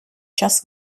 час